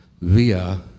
via